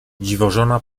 dziwożona